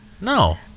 No